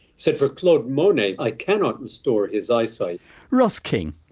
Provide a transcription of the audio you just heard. said, for claude monet i cannot restore his eyesight ross king,